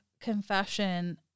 confession